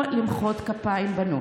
לא למחוא כפיים, בנות.